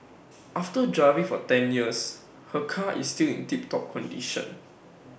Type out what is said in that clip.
after driving for ten years her car is still in tip top condition